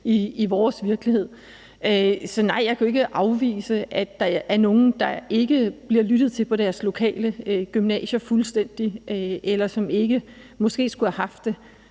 i vores virkelighed. Så nej, jeg kan jo ikke afvise, at der er nogen, der ikke bliver lyttet til på deres lokale gymnasier fuldstændig, eller som måske ikke skulle have haft det.